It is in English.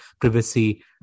privacy